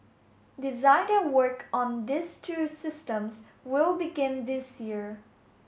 design and work on these two systems will begin this year